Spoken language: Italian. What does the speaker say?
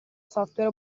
software